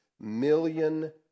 million